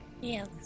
Yes